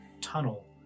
tunnel